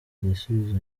igisubizo